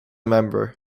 member